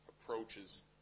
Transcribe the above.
approaches